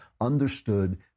understood